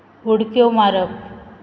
उडक्यो मारप